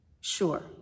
Sure